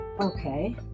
okay